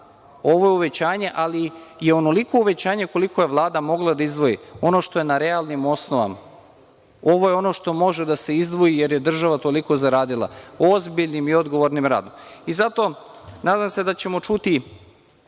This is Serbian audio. ovo je uvećanje, ali je onoliko uvećanje koliko je Vlada mogla da izdvoji, ono što je na realnim osnovama. Ovo je ono što može da se izdvoji jer je država toliko zaradila ozbiljnim i odgovornim radom. Zato, nadam se da ćemo čuti